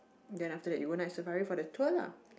then after that you go Night Safari for the tour lah